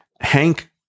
Hank